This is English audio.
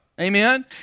Amen